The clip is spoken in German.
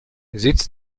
sitz